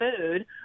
food